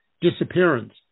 disappearance